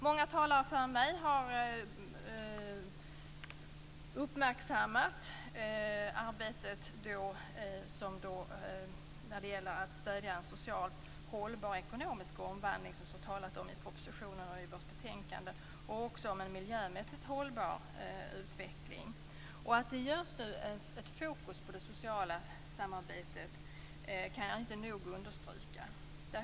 Många talare före mig har uppmärksammat arbetet att stödja en socialt hållbar ekonomisk omvandling, som det står talat om i propositionen och i betänkandet, och också en miljömässigt hållbar utveckling. Att det just nu är viktigt med ett fokus på det sociala samarbetet kan jag inte nog understryka.